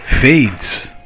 fades